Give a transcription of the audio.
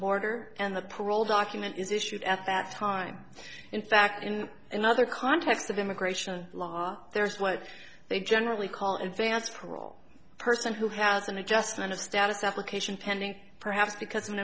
border and the parole document is issued at that time in fact in another context of immigration law there is what they generally call advance parole person who has an adjustment of status application pending perhaps because